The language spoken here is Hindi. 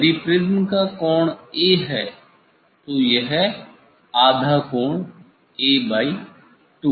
यदि प्रिज़्म का कोण 'A' है तो यह आधा कोण A2है